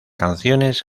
canciones